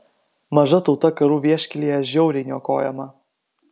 maža tauta karų vieškelyje žiauriai niokojama